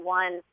one